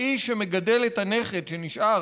האיש שמגדל את הנכד שנשאר,